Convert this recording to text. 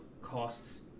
costs